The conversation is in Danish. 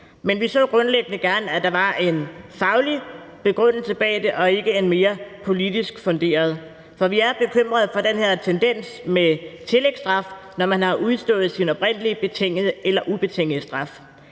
Men vi så grundlæggende gerne, at der var en faglig begrundelse bag det og ikke en mere politisk funderet, for vi er bekymret for den her tendens med tillægsstraf, når man har udstået sin oprindelige betingede eller ubetingede straf.